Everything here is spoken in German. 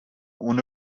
ohne